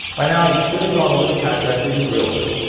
by now you should have gone over the contract with your realtor.